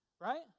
right